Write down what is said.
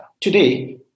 Today